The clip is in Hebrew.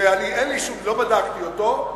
לא בדקתי אותו.